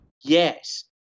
Yes